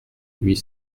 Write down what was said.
huit